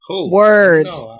Words